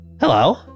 hello